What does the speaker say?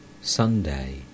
Sunday